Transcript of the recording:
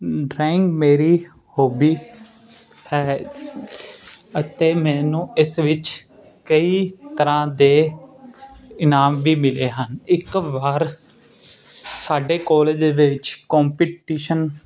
drawing ਮੇਰੀ hobby ਹੈ ਅਤੇ ਮੈਨੂੰ ਇਸ ਵਿੱਚ ਕਈ ਤਰ੍ਹਾਂ ਦੇ ਇਨਾਮ ਵੀ ਮਿਲੇ ਹਨ ਇੱਕ ਵਾਰ ਸਾਡੇ ਕਾਲਜ ਦੇ ਵਿੱਚ ਕੰਪਟੀਸ਼ਨ